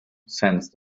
sensed